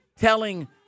telling